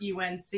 UNC